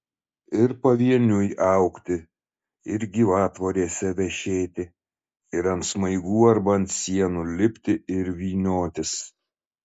ir pavieniui augti ir gyvatvorėse vešėti ir ant smaigų arba ant sienų lipti ir vyniotis